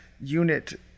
unit